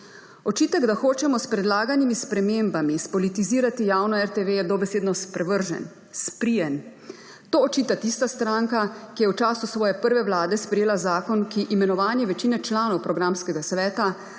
Očitek, da hočemo s predlaganimi spremembami spolitizirati javno RTV, je dobesedno sprevržen, sprijen. To očita tista stranka, ki je v času svoje prve vlade sprejela zakon, ki imenovanje večine članov programskega sveta,